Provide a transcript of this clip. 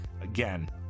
again